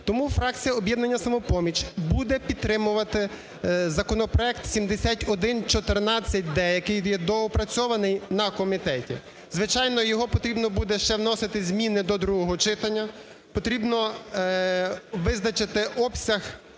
Тому фракція об'єднання "Самопоміч" буде підтримувати законопроект 7114-д, який є доопрацьований на комітеті. Звичайно, його потрібно буде ще вносити зміни до другого читання, потрібно визначити обсяг